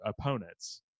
opponents